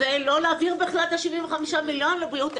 ולא להעביר 75 המיליון לבריאות,